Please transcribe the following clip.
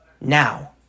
Now